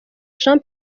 jean